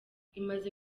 imaze